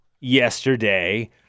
yesterday